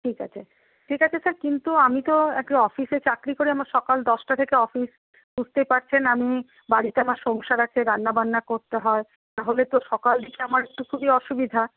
ঠিক আছে ঠিক আছে স্যার কিন্তু আমি তো একটা অফিসে চাকরি করি আমার সকাল দশটা থেকে অফিস বুঝতেই পারছেন আমি বাড়িতে আমার সংসার আছে রান্নাবান্না করতে হয় তাহলে তো সকালের দিকটা আমার একটু খুবই অসুবিধা